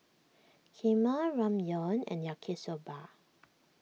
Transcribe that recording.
Kheema Ramyeon and Yaki Soba